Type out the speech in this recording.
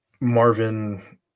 Marvin